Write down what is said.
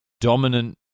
dominant